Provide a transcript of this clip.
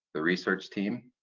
the research team,